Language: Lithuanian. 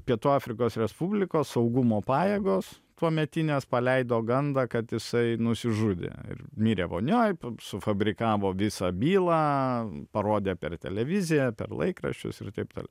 pietų afrikos respublikos saugumo pajėgos tuometinės paleido gandą kad jisai nusižudė mirė vonioj sufabrikavo visą bylą parodė per televiziją per laikraščius ir taip toliau